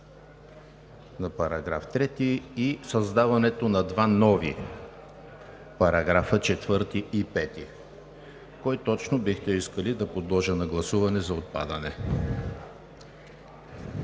на § 3, и създаването на два нови параграфа – 4 и 5. Кои точно бихте искали да подложа на гласуване за отпадане?